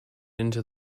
into